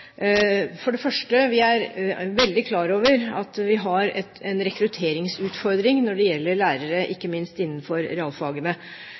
veldig klar over at vi har en rekrutteringsutfordring når det gjelder lærere, ikke minst innenfor realfagene.